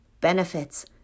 benefits